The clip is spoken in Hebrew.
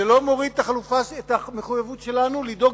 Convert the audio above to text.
זה לא מוריד את המחויבות שלנו לדאוג,